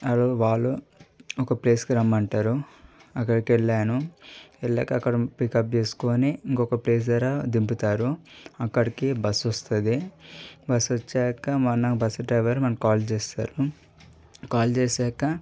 అప్పుడు వాళ్ళు ఒక ప్లేస్కి రమ్మంటారు అక్కడికెళ్ళాను వెళ్ళాక అక్కడ పికప్ చేసుకుని ఇంకొక ప్లేస్ దగ్గర దింపుతారు అక్కడికి బస్సు వస్తుంది బస్ వచ్చాక మన బస్సు డ్రైవర్ మనకి కాల్ చేస్తారు కాల్ చేశాక